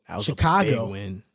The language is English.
Chicago